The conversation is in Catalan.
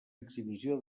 exhibició